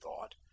thought